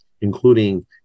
including